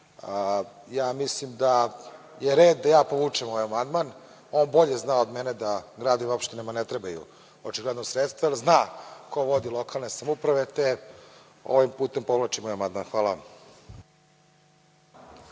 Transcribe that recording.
idiotima. Mislim da je red da ja povučem ovaj amandman, on bolje zna od mene da gradovima i opštinama ne trebaju, očigledno, sredstva, jer zna ko vodi lokalne samouprave, te ovim putem povlačim amandman. Hvala